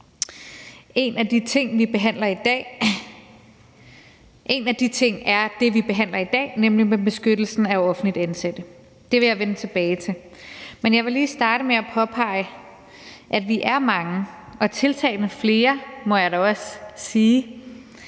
En af de ting er det, vi behandler i dag, nemlig beskyttelsen af offentligt ansatte. Det vil jeg vende tilbage til. Men jeg vil lige starte med at påpege, at vi er mange – og tiltagende flere, må jeg da også sige